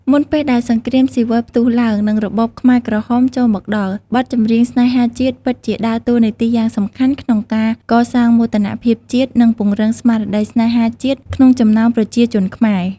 មុនពេលដែលសង្គ្រាមស៊ីវិលផ្ទុះឡើង និងរបបខ្មែរក្រហមចូលមកដល់ បទចម្រៀងស្នេហាជាតិពិតជាដើរតួនាទីយ៉ាងសំខាន់ក្នុងការ កសាងមោទនភាពជាតិ និង ពង្រឹងស្មារតីស្នេហាជាតិ ក្នុងចំណោមប្រជាជនខ្មែរ។